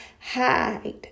hide